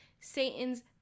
Satan's